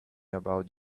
about